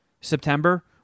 September